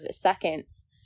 seconds